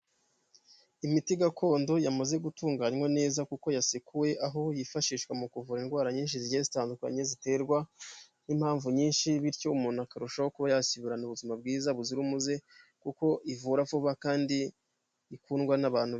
Imiti gakondo yamaze gutunganywa neza kuko yasekuwe, aho yifashishwa mu kuvura indwara nyinshi zigiye zitandukanye ziterwa n'impamvu nyinshi, bityo umuntu akarushaho kuba yasubirana ubuzima bwiza buzira umuze, kuko ivura vuba kandi ikundwa n'abantu.